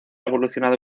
evolucionado